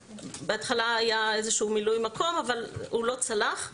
בהתחלה היה איזשהו מילוי מקום אבל הוא לא צלח,